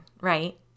right